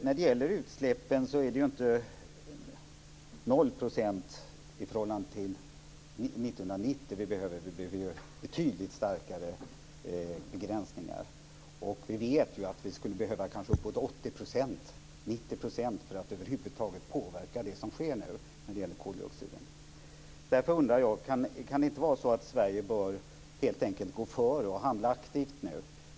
När det gäller utsläppen är det inte 0 % i förhållande till 1990 vi behöver. Vi behöver betydligt starkare begränsningar. Vi vet att vi skulle behöva 80-90 % för att över huvud taget påverka det som nu sker när det gäller koldioxiden. Därför undrar jag om det inte vore bra om Sverige gick före och handlade aktivt.